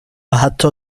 حتی